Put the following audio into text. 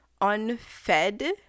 unfed